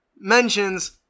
Mentions